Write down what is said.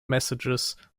messages